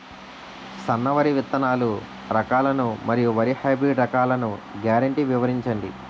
సన్న వరి విత్తనాలు రకాలను మరియు వరి హైబ్రిడ్ రకాలను గ్యారంటీ వివరించండి?